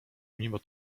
mimo